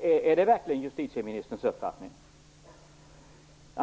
Är det verkligen justitieministerns uppfattning?